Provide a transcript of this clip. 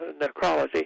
necrology